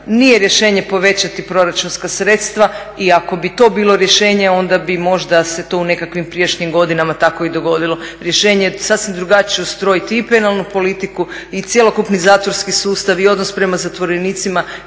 Nije rješenje povećati proračunska sredstava, i ako bi to bilo rješenje onda bi možda se to u nekakvim prijašnjim godinama tako i dogodilo. Rješenje je sasvim drugačije ustrojiti i penalnu politiku i cjelokupni zatvorski sustav, i odnos prema zatvorenicima